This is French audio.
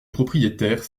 propriétaires